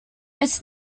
its